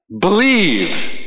Believe